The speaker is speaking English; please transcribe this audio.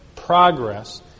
progress